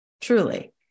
truly